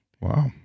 Wow